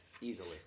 easily